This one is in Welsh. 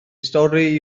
stori